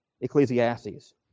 Ecclesiastes